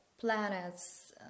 planets